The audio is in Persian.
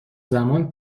زمان